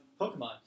Pokemon